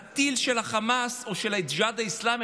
הטיל של החמאס או של הג'יהאד האסלאמי,